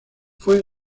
fue